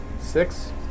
Six